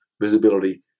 visibility